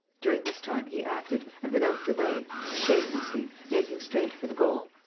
during this time he acted and without delay, shamelessly, making straight for the goal.